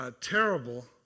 terrible